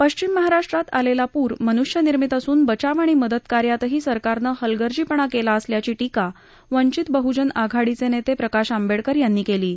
पश्चिम महाराष्ट्रात आलेला पूर मन्ष्यनिर्मित असून बचाव आणि मदत कार्यातही सरकारनं हलगर्जीपणा केला असल्याची टीका वंचित बहजन आघाडीचे नेते प्रकाश आंबेडकर यांनी केली आहे